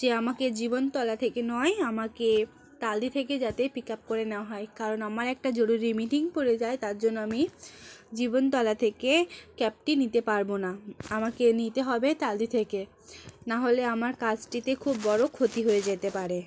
যে আমাকে জীবনতলা থেকে নয় আমাকে তালদি থেকে যাতে পিক আপ করে নেওয়া হয় কারণ আমার একটা জরুরি মিটিং পড়ে যায় তার জন্য আমি জীবনতলা থেকে ক্যাবটি নিতে পারবো না আমাকে নিতে হবে তালদি থেকে নাহলে আমার কাজটিতে খুব বড়ো ক্ষতি হয়ে যেতে পারে